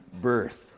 birth